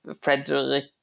Frederick